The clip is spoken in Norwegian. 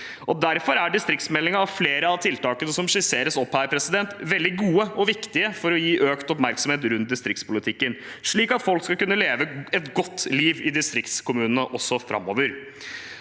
Derfor er distriktsmeldingen og flere av tiltakene som skisseres her, veldig gode og viktige for å gi økt oppmerksomhet rundt distriktspolitikken, slik at folk skal kunne leve et godt liv i distriktskommunene også framover.